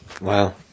Wow